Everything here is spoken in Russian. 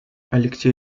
алексей